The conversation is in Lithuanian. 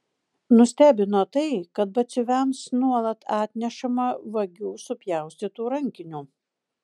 nustebino tai kad batsiuviams nuolat atnešama vagių supjaustytų rankinių